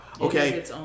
Okay